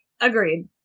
agreed